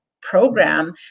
program